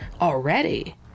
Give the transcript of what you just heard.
already